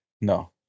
No